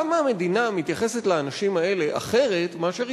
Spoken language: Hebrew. למה המדינה מתייחסת לאנשים האלה אחרת מאשר